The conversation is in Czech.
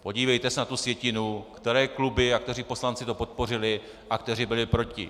Podívejte se na tu sjetinu, které kluby a kteří poslanci to podpořili a kteří byli proti.